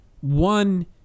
One